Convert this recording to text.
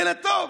ילד טוב,